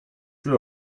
für